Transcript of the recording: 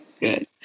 Good